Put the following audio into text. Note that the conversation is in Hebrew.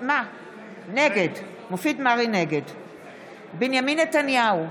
נגד בנימין נתניהו,